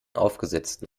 aufgesetzten